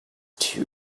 too